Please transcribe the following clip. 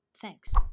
Thanks